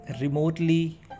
remotely